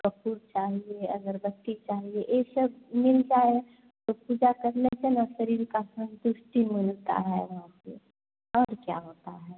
कापुर चाहिए अगरबत्ती चाहिए यह सब मिल जाए तो पूजा करने से ना शरीर को संतुष्टि मिलती है वहाँ पर और क्या होता है